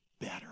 better